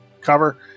cover